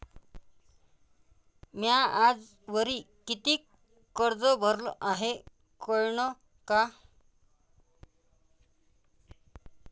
म्या आजवरी कितीक कर्ज भरलं हाय कळन का?